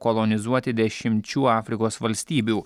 kolonizuoti dešimčių afrikos valstybių